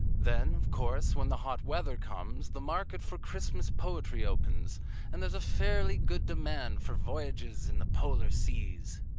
then, of course, when the hot weather comes, the market for christmas poetry opens and there's a fairly good demand for voyages in the polar seas.